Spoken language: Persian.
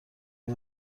های